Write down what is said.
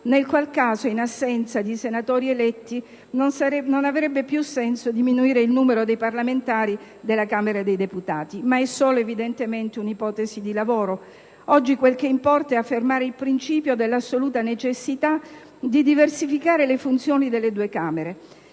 nel qual caso, in assenza di senatori eletti, non avrebbe più senso diminuire il numero di parlamentari della Camera dei deputati, ma evidentemente è solo un'ipotesi di lavoro. Oggi quel che importa è affermare il principio dell'assoluta necessità di diversificare le funzioni delle due Camere,